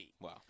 Wow